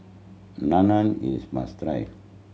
naan is must try